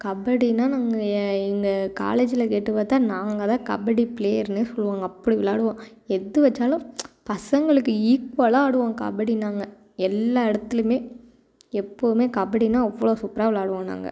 கபடின்னா நாங்கள் எ எங்கள் காலேஜில் கேட்டு பார்த்தா நாங்கள் தான் கபடி பிளேயர்னே சொல்லுவாங்க அப்படி விளாயாடுவோம் எது வச்சாலும் பசங்களுக்கு ஈக்குவலாக ஆடுவோம் கபடி நாங்கள் எல்லா இடத்துலயுமே எப்போதுமே கபடின்னா அவ்வளோ சூப்பராக விளாயாடுவோம் நாங்கள்